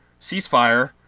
ceasefire